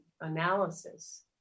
analysis